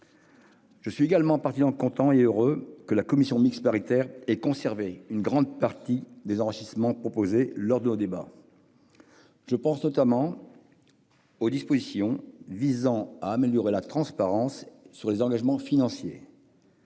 Je suis particulièrement heureux que la commission mixte paritaire ait conservé une très grande partie des enrichissements proposés lors des débats au Sénat ; je pense notamment aux dispositions visant à améliorer la transparence sur les engagements financiers.